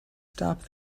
stop